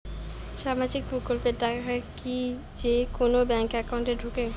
সামাজিক প্রকল্পের টাকা কি যে কুনো ব্যাংক একাউন্টে ঢুকে?